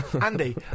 Andy